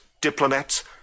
diplomats